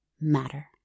matter